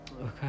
Okay